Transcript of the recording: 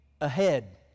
ahead